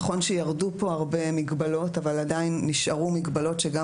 נכון שירדו פה הרבה מגבלות אבל עדיין נשארו מגבלות שגם